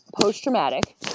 post-traumatic